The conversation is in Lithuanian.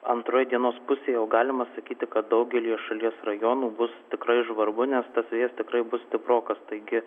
antroj dienos pusėj jau galima sakyti kad daugelyje šalies rajonų bus tikrai žvarbu nes tas vėjas tikrai bus stiprokas taigi